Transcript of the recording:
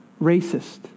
racist